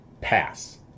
pass